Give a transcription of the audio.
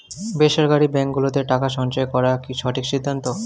বেসরকারী ব্যাঙ্ক গুলোতে টাকা সঞ্চয় করা কি সঠিক সিদ্ধান্ত?